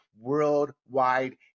worldwide